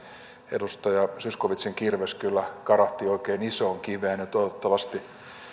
edustaja zyskowiczin kirves kyllä karahti oikein isoon kiveen ja toivottavasti